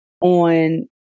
on